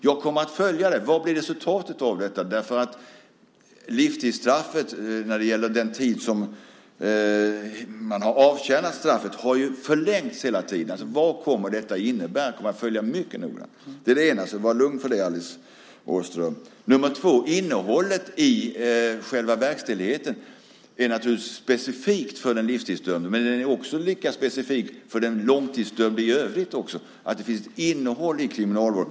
Jag kommer att följa vad som blir resultatet av detta därför att den tid som livstidsdömda har avtjänat hela tiden har förlängts. Så vad detta kommer att innebära kommer jag att följa mycket noga. Det var det ena. Så Alice Åström kan vara lugn när det gäller det. Det andra gäller att innehållet i själva verkställigheten naturligtvis är specifikt för den livstidsdömde. Men det är lika specifikt för långtidsdömda i övrigt, alltså att det finns ett innehåll i kriminalvården.